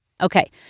Okay